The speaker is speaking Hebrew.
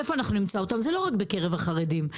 וזה לא רק בקרב החרדים,